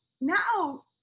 now